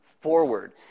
forward